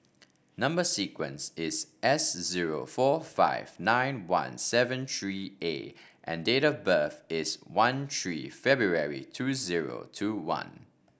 number sequence is S zero four five nine one seven three A and date of birth is one three February two zero two one